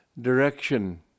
direction